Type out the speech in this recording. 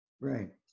Right